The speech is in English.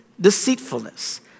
deceitfulness